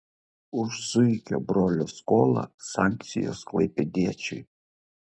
už zuikio brolio skolą sankcijos klaipėdiečiui